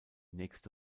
nächste